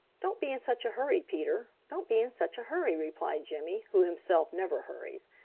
don't be in such a hurry, peter. don't be in such a hurry, replied jimmy, who himself never hurries.